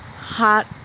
hot